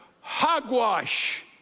hogwash